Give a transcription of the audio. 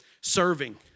Serving